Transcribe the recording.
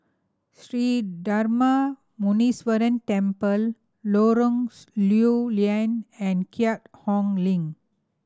Sri Darma Muneeswaran Temple Lorong Lew Lian and Keat Hong Link